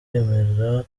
yemera